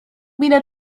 minę